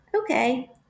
Okay